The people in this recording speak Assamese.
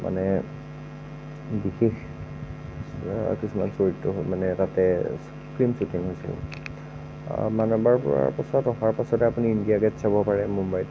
মানে বিশেষ কিছুমান চৰিত্ৰ মানে তাতে ফিল্ম অহাৰ পিছতে আপুনি ইণ্ডিয়া গেট চাব পাৰে মুম্বাইত